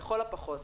לכל הפחות?